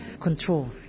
control